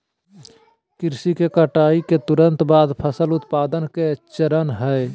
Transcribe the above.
कृषि में कटाई के तुरंत बाद फसल उत्पादन के चरण हइ